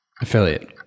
Affiliate